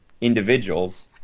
individuals